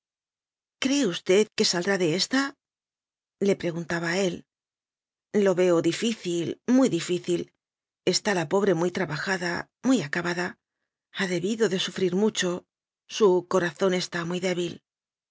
cree usted que saldrá de ésta le pre guntaba a él lo veo difícil muy difícil está la pobre muy trabajada muy acabada ha debido de sufrir mucho su corazón está muy dé